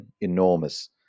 enormous